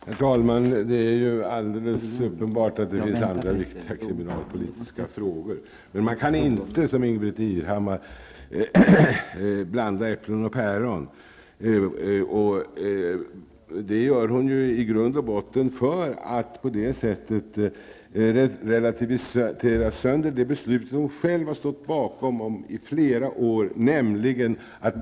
Herr talman! Det är alldeles uppenbart att det finns andra viktiga kriminalpolitiska frågor. Men man kan inte, som Ingbritt Irhammar gjorde, blanda äpplen och päron. Det gör hon i grund och botten för att på det sättet så att säga relativisera sönder det beslut som hon själv i flera år har stått bakom.